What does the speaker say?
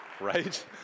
right